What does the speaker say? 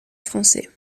français